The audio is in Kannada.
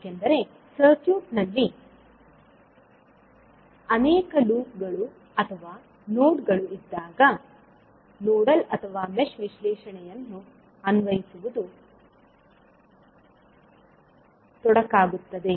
ಏಕೆಂದರೆ ಸರ್ಕ್ಯೂಟ್ ನಲ್ಲಿ ಅನೇಕ ಲೂಪ್ ಗಳು ಅಥವಾ ನೋಡ್ ಗಳು ಇದ್ದಾಗ ನೋಡಲ್ ಅಥವಾ ಮೆಶ್ ವಿಶ್ಲೇಷಣೆಯನ್ನು ಅನ್ವಯಿಸುವುದು ತೊಡಕಾಗುತ್ತದೆ